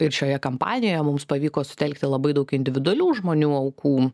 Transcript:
ir šioje kampanijoje mums pavyko sutelkti labai daug individualių žmonių aukų